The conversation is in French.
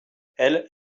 elles